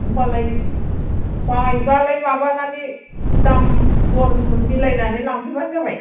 होमब्लालाय बायब्लालाय माबानानै दाम दर मिलायनानै लांफैब्लानो जाबाय